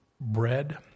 bread